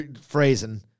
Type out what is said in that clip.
Phrasing